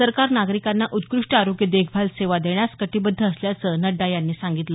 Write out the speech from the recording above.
सरकार नागरीकांना उत्कृष्ट आरोग्य देखाभाल सेवा देण्यास कटीबद्ध असल्याचं नड्डा यांनी सांगितलं